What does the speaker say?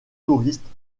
touristes